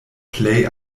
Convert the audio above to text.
plej